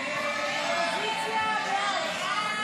הסתייגות 2 לחלופין